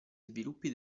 sviluppi